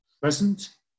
present